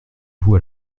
vous